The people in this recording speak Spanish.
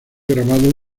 grabado